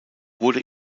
wurde